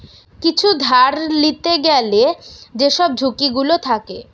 কিছু ধার লিতে গ্যালে যেসব ঝুঁকি গুলো থাকে